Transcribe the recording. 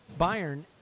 Bayern